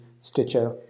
Stitcher